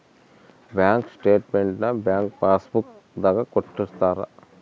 bank statement ನ bank passbook ದಾಗ ಕೊಟ್ಟಿರ್ತಾರ